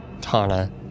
Tana